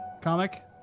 comic